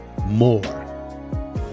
more